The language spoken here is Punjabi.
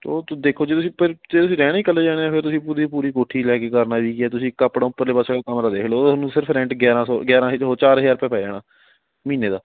ਉਹ ਤੂੰ ਦੇਖੋ ਜੀ ਤੁਸੀਂ ਪਹਿ ਚ ਜੇ ਤੁਸੀਂ ਰਹਿਣਾ ਹੀ ਇਕੱਲੇ ਜਾਣੇ ਨੇ ਫਿਰ ਤੁਸੀਂ ਪੂਰੀ ਦੀ ਪੂਰੀ ਕੋਠੀ ਲੈ ਕੇ ਕੀ ਕਰਨਾ ਜੀ ਜੇ ਤੁਸੀਂ ਇੱਕ ਆਪਣਾ ਉੱਪਰਲੇ ਪਾਸੇ ਉਹ ਕਮਰਾ ਦੇਖ ਲਓ ਉਹ ਤੁਹਾਨੂੰ ਸਿਰਫ ਰੈਂਟ ਗਿਆਰਾਂ ਸੌ ਗਿਆਰਾਂ ਹਜ ਉਹ ਚਾਰ ਹਜ਼ਾਰ ਰੁਪਇਆ ਪੈ ਜਾਣਾ ਮਹੀਨੇ ਦਾ